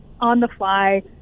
on-the-fly